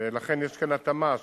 ולכן יש כאן התאמה,